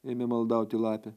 ėmė maldauti lapė